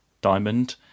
Diamond